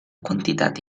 quantitat